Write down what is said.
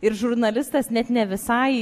ir žurnalistas net ne visai